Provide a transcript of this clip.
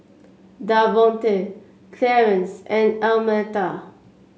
Davonte Clarence and Almeta